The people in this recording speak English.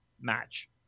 match